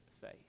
faith